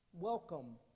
welcome